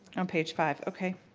on page five, okay.